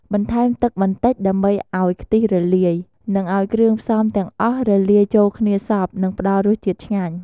បន្ថែមទឹកបន្តិចដើម្បីឱ្យខ្ទិះរលាយ និងឱ្យគ្រឿងផ្សំទាំងអស់លាយចូលគ្នាសព្វ និងផ្តល់រសជាតិឆ្ងាញ់។